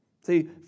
See